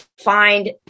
find